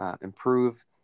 improve